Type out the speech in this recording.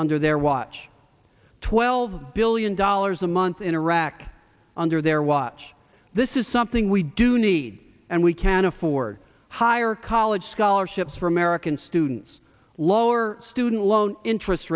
under their watch twelve billion dollars a month in iraq under their watch this is something we do need and we can afford higher college scholarships for american students lower student loan interest